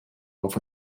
auf